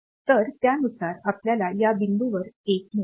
तर त्यानुसार आपल्याला या बिंदूंवर 1 मिळेल